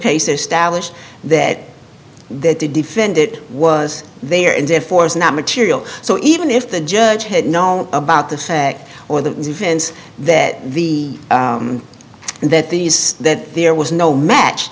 case establish that they did defend it was there and therefore is not material so even if the judge had known about the fact or the events that the that these that there was no match